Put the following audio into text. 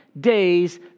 days